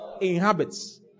inhabits